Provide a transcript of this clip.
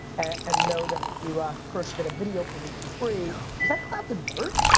and know that you drock first at a video for me for free. was that clouds and dirt?